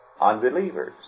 unbelievers